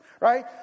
right